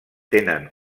tenen